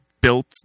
built